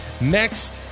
next